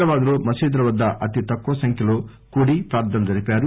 హైదరాబాద్ లో మసీదుల వద్ద అతి తక్కువ సంఖ్యలో కూడి ప్రార్థనలు జరిపారు